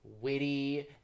witty